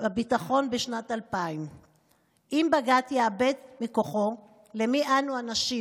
הביטחון בשנת 2000. אם בג"ץ יאבד מכוחו למי אנו הנשים,